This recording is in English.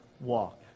walk